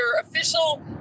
official